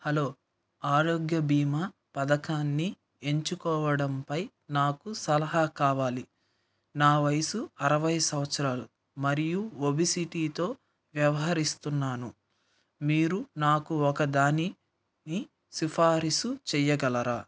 hello ఆరోగ్య బీమా పథకాన్ని ఎంచుకోవడంపై నాకు సలహా కావాలి నా వయస్సు అరవై సంవత్సరాలు మరియు ఒబిసిటీతో వ్యవహరిస్తున్నాను మీరు నాకు ఒక దానిని సిఫార్సు చేయగలరా